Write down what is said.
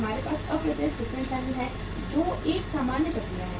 हमारे पास अप्रत्यक्ष वितरण चैनल हैं जो एक सामान्य प्रक्रिया है